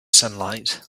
sunlight